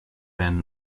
ben